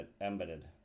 embedded